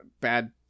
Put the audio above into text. bad